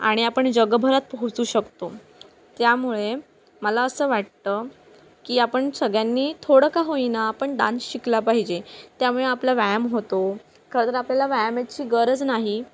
आणि आपण जगभरात पोहोचू शकतो त्यामुळे मला असं वाटतं की आपण सगळ्यांनी थोडं का होईना पण डान्स शिकला पाहिजे त्यामुळे आपला व्यायाम होतो खरंतर आपल्याला व्यायामाची गरज नाही